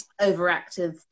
overactive